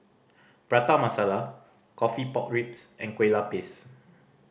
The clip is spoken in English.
Prata Masala coffee pork ribs and kue lupis